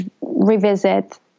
revisit